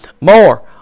more